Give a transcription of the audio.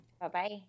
Bye-bye